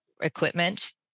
equipment